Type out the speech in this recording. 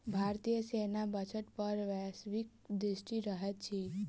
भारतीय सेना बजट पर वैश्विक दृष्टि रहैत अछि